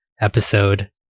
episode